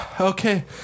Okay